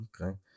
Okay